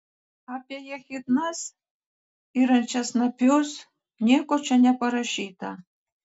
apie echidnas ir ančiasnapius nieko čia neparašyta